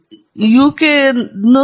ಸಮಯದ ಕಾರ್ಯವಾಗಿ ನಾನು yk ಅನ್ನು ಯೋಜಿಸಿದೆ